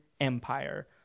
Empire